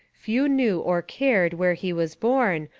few knew or cared where he was born,